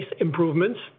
improvements